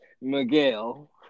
Miguel